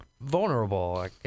vulnerable